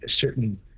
certain